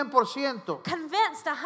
Convinced